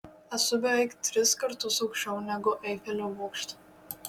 esu beveik tris kartus aukščiau negu eifelio bokšte